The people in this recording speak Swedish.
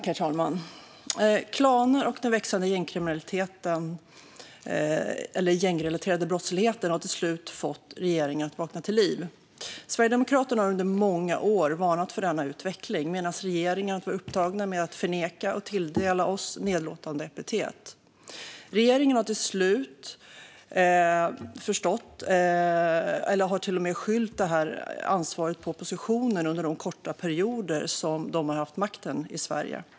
Herr talman! Klaner och den växande gängrelaterade brottsligheten har till slut fått regeringen att vakna till liv. Sverigedemokraterna har under många år varnat för denna utveckling medan regeringen har varit upptagen med att förneka och tilldela oss nedlåtande epitet. Regeringen har till och med lagt ansvaret på oppositionen, under de korta perioder som oppositionen har haft makten i Sverige.